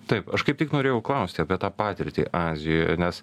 taip aš kaip tik norėjau klausti apie tą patirtį azijoj nes